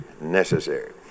necessary